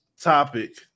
topic